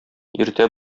иртә